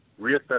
reassess